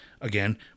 again